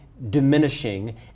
diminishing